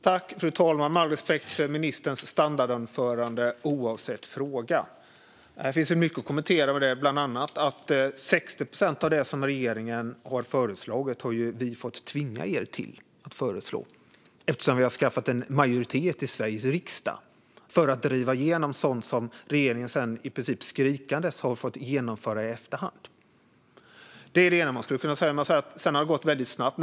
Fru talman! Med all respekt för ministerns standardanförande oavsett fråga: Det finns mycket att kommentera här. Bland annat har vi fått tvinga regeringen till förslagen när det gäller 60 procent av det som regeringen har föreslagit. Vi har ju skaffat en majoritet i Sveriges riksdag för att driva igenom sådant som regeringen sedan, i princip skrikande, har fått genomföra i efterhand. Det är det ena man skulle kunna säga. Det andra gäller detta att det har gått väldigt snabbt.